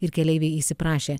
ir keleiviai įsiprašė